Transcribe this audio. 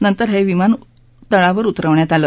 नंतर हे विमान तळावर उतरवण्यात आलं